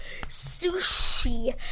sushi